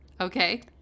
Okay